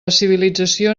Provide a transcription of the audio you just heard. civilització